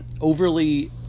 overly